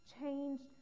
changed